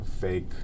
fake